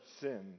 sin